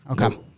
Okay